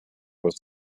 was